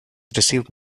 received